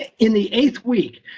ah in the eighth week,